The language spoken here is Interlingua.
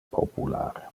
popular